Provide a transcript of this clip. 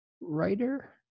writer